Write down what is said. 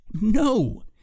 No